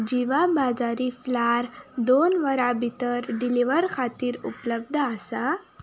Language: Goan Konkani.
जिवा बाजारी फ्लार दोन वरां भितर डिलिव्हरी खातीर उपलब्ध आसा